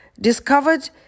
discovered